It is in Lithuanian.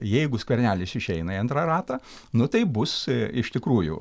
jeigu skvernelis išeina į antrą ratą nu taip bus iš tikrųjų